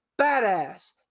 badass